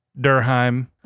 Durheim